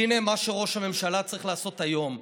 הינה מה שראש הממשלה צריך לעשות היום.